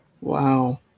Wow